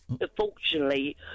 unfortunately